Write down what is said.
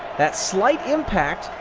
that slight impact,